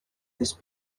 this